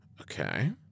Okay